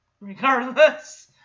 Regardless